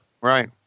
Right